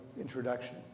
introduction